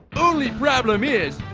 only problem is,